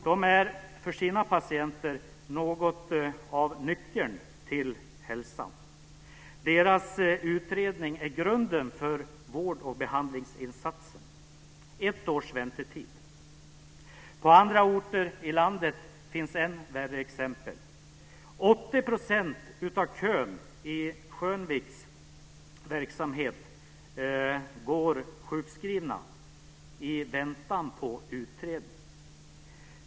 Den är för sina patienter något av nyckeln till hälsan, och dess utredningar är grunden för vård och behandlingsinsatserna. Man har ett års väntetid. På andra orter i landet finns än värre exempel. 80 % av kön i Skönviks verksamhet går sjukskrivna i väntan på utredning.